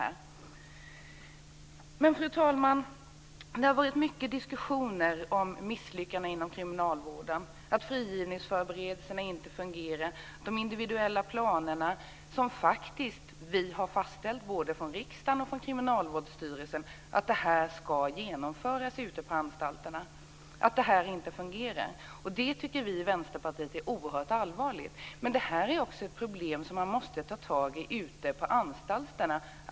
Fru talman! Det har varit mycket diskussioner om misslyckandena inom kriminalvården. Frigivningsförberedelserna fungerar inte och inte de individuella planer som riksdagen och Kriminalvårdsstyrelsen har fastställt ska genomföras ute på anstalterna. Det tycker vi i Vänsterpartiet är oerhört allvarligt. Det är också ett problem som man måste ta tag i ute på anstalterna.